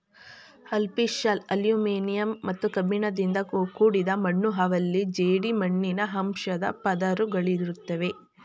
alfisol aluminium ಮತ್ತು ಕಬ್ಬಿಣದಿಂದ ಕೂಡಿದ ಮಣ್ಣು ಅವಲ್ಲಿ ಜೇಡಿಮಣ್ಣಿನ ಅಂಶದ್ ಪದರುಗಳಿರುತ್ವೆ